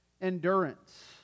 endurance